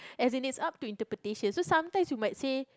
as in is up to interpretation so sometimes you might say